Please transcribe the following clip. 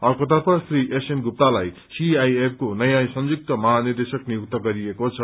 अर्कोतर्फ श्री एसएन गुप्तालाई सीआईएफको नयाँ संयुक्त महानिदेशक नियुक्त गरिएको छ